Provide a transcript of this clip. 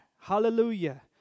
Hallelujah